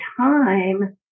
time